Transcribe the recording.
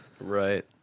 Right